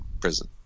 prison